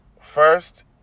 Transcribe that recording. First